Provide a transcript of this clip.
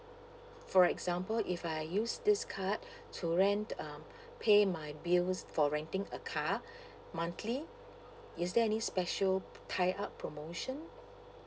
for example if I use this card to rent um pay my bills for renting a car monthly is there any special tie up promotion